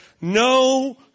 No